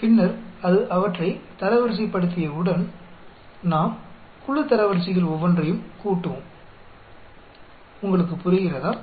பின்னர் அது அவற்றை தரவரிசைப்படுத்தியவுடன் நாம் குழு தரவரிசைகள் ஒவ்வொன்றையும் கூட்டுவோம் உங்களுக்கு புரிகிறதா